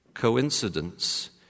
coincidence